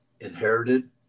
inherited